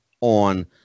on